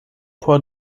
por